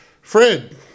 Fred